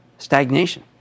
stagnation